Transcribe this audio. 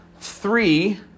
three